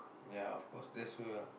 ya of course that's true ah